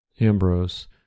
Ambrose